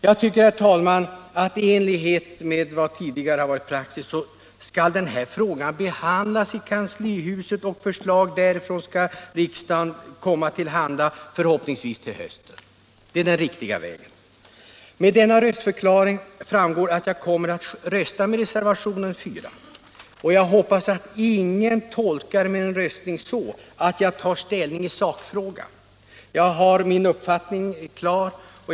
Jag tycker, herr talman, att i enlighet med tidigare praxis skall den här frågan behandlas i kanslihuset, och förslag därifrån skall komma riksdagen till handa, förhoppningsvis till hösten. Det är den riktiga vägen. Av denna röstförklaring framgår att jag kommer att rösta med reservationen 4. Jag hoppas att ingen tolkar min röstning så, att jag skulle ha tagit ställning i sakfrågan.